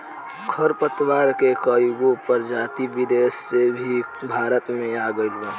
खर पतवार के कएगो प्रजाति विदेश से भी भारत मे आ गइल बा